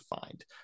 find